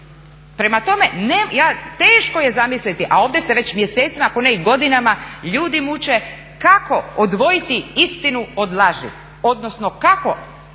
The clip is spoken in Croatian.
Prema tome, teško je zamisliti a ovdje se već mjesecima ako ne i godinama ljudi muče kako odvojiti istinu od laži, odnosno kako afirmirati istinu bilo